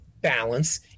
balance